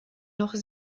noch